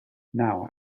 now